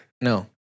no